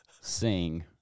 sing